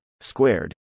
squared